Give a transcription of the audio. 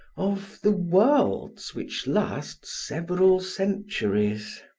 of the worlds which last several centuries.